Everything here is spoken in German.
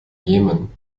jemen